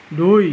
দুই